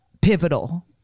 pivotal